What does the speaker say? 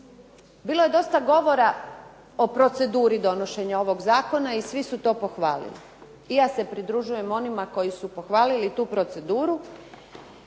Bilo je dosta govora o proceduri donošenja ovog zakona i svi su to pohvalili. I ja se pridružujem onima koji su pohvalili tu proceduru,